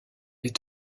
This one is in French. est